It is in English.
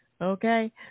Okay